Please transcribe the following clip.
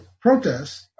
protests